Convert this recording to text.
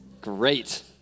Great